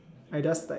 I just like